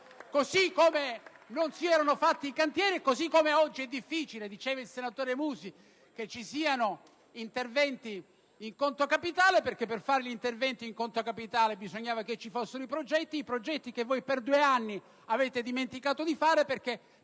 Così come non si erano realizzati i cantieri e come oggi è difficile, come ha detto il senatore Musi, che vi siano interventi in conto capitale, perché per effettuare gli interventi in conto capitale bisognava che vi fossero i progetti: i progetti che voi, per due anni, avete dimenticato di effettuare, perché